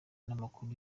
n’amakuru